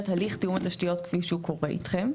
הליך תיאום התשתיות כפי שהוא קורה איתכם,